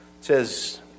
says